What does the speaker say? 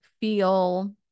feel